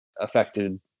affected